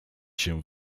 się